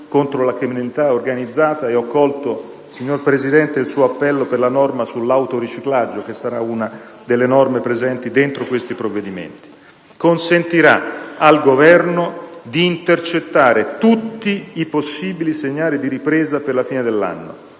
contro la criminalità organizzata. E ho colto, signor Presidente, il suo appello per la norma sull'autoriciclaggio, che sarà una delle norme presenti dentro questi provvedimenti. Questo voto consentirà al Governo di intercettare tutti i possibili segnali di ripresa per la fine dell'anno